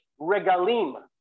regalim